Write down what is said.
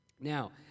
Now